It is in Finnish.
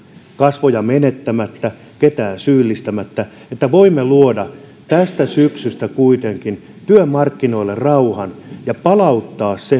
kasvoja menettämättä ketään syyllistämättä että voimme luoda tänä syksynä kuitenkin työmarkkinoille rauhan ja palauttaa sen